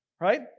Right